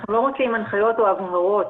אנחנו לא מוציאים הנחיות או הבהרות